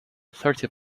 thirty